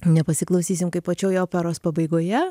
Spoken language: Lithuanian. nepasiklausysim kaip pačioj operos pabaigoje